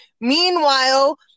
Meanwhile